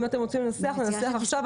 אם אתם רוצים לנסח, ננסח עכשיו.